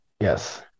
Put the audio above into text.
yes